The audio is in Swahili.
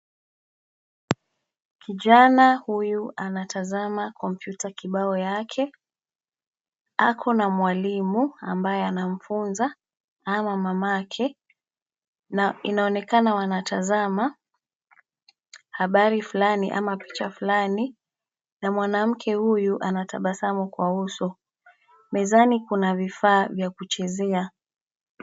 Kijana huyu anatazama kompyuta kibao yake . Akona mwalimu ambaye anamfunza , ama mama yake , na inaonekana wanatazama habari fulani ama picha fulani . Na mwanamke huyu anatabasamu kwa uso. Mezani kuna vifaa vya kuchezea.